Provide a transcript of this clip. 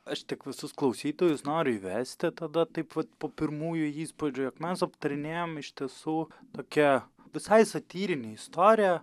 aš tik visus klausytojus noriu įvesti tada taip vat po pirmųjų įspūdžių jog mes aptarinėjam iš tiesų tokią visai satyrinę istoriją